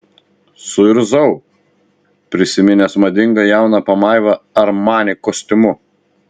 suirzau prisiminęs madingą jauną pamaivą armani kostiumu